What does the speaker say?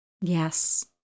Yes